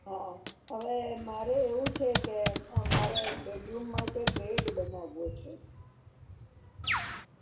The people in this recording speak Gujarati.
હ હવે મારે એવું છે કે મારે એક બેડરૂમ માટે બેડ બનાવવો છે